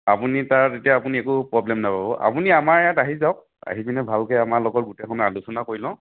আপুনি তাত এতিয়া আপুনি একো প্ৰ'ব্লেম নাপাব আপুনি আমাৰ ইয়াত আহি যাওক আহি পিনে ভালকৈ আমাৰ লগত গোটেইখনে আলোচনা কৰি লওঁ